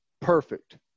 perfect